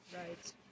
Right